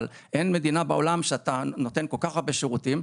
אבל אין מדינה בעולם שאתה נותן כל כך הרבה שירותים,